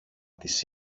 της